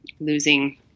losing